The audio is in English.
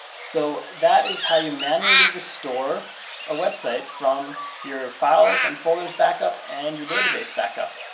so that is how you manually restore a website from your files and folders back up and your database backup.